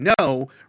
no